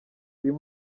uyu